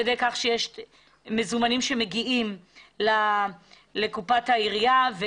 ומזומנים מגיעים לקופת העירייה הציבורית,